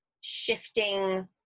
shifting